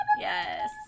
Yes